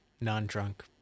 Non-drunk